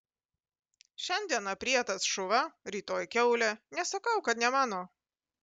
šiandien aprietas šuva rytoj kiaulė nesakau kad ne mano